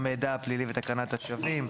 הפלילי ותקנת השבים,